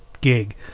gig